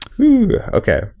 Okay